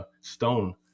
stone